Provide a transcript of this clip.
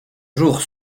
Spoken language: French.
jour